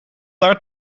daar